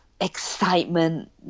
Excitement